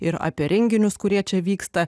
ir apie renginius kurie čia vyksta